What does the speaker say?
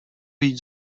vyjít